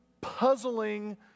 puzzling